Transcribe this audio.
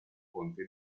ponte